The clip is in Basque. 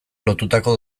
lotutako